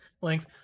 length